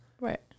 Right